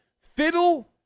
fiddle